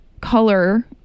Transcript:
color